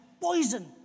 poison